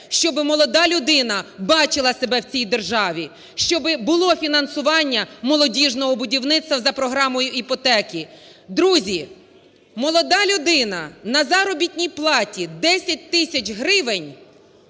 щоб молода людина бачила себе в цій державі, щоб було фінансування молодіжного будівництва за програмою іпотеки. Друзі, молода людина на заробітній платі 10 тисяч гривень